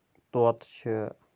طوطہٕ چھُ